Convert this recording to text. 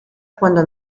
cuando